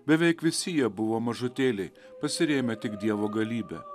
beveik visi jie buvo mažutėliai pasirėmę tik dievo galybe